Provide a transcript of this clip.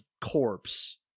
corpse